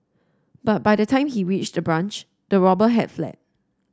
but by the time he reached the branch the robber had fled